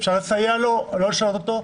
אפשר לסייע לו אבל לא לשנות אותו,